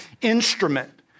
instrument